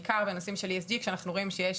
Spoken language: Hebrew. בעיקר בנושאים של ESG שאנחנו רואים שיש